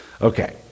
Okay